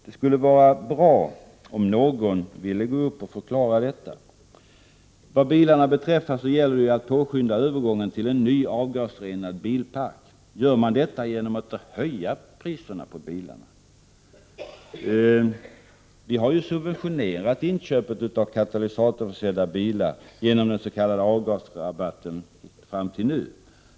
Det skulle vara bra om någon ville förklara detta. Vad bilarna beträffar gäller det att påskynda övergången till en ny, avgasrenad bilpark. Gör man detta genom att höja priset på bilar? Hittills har ju inköp av katalysatorförsedda bilar subventionerats genom den s.k. avgasrabatten.